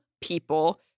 people